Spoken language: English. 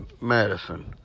medicine